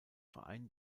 verein